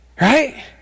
Right